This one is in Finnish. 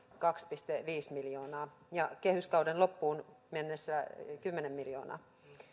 kaksi pilkku viisi miljoonaa ja kehyskauden loppuun mennessä kymmenen miljoonaa